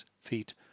feet